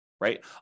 right